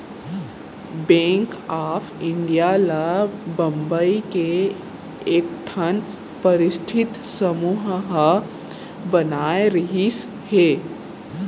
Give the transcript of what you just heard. bank of India ल बंबई के एकठन परस्ठित समूह ह बनाए रिहिस हे